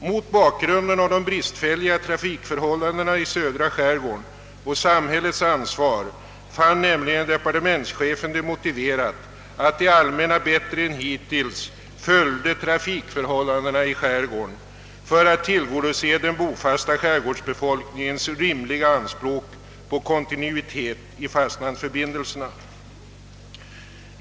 Mot bakgrunden av de bristfälliga trafikförhållandena i södra skärgården och samhällets ansvar fann nämligen departementschefen det motiverat att det allmänna bättre än hittills följde trafikförhållandena 1 skärgården för att tillgodose den bofasta skärgårdsbefolkningens rimliga anspråk på kontinuitet i fastlandsförbindelserna.